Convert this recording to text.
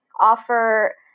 offer